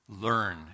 learn